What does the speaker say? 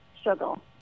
struggle